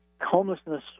Homelessness